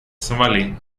сомали